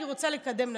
אני רוצה לקדם נשים.